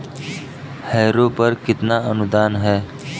Harrow पर कितना अनुदान है?